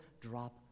drop